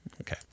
Okay